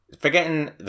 Forgetting